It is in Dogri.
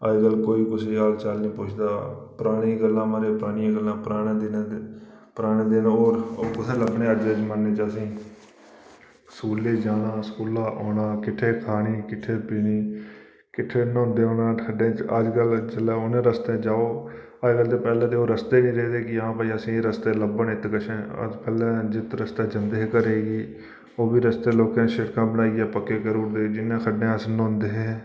अज्ज कल कोई कुसैगी हाल चाल निं पुछदा परानियां गल्लां महाराज परनियां गल्लां परानें दिनें ते पराने दिन ओह् ओह् कुत्थें लब्भने अज्ज दे जमान्नै असेंगी स्कूलै गी जाना स्कूला औना किट्ठे खानी किट्ठे पीनी किट्ठे न्हौंदे औना खड्डें च अज्ज कल जेल्लै उ'नें रस्तें जाओ अज्ज कल पैहले ते ओह् रस्ते गै निं रेह्दे कि हां भई असेंगी एह् रस्ते लब्भन इत्त कशैं पैह्लें जित्त रस्ते जंदे हे घरै गी ओह् बी रस्ते लोकें शिड़कां बनाइयै पक्के करी ओड़े जिनें खड्डें अस न्हौंदे हे